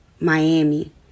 Miami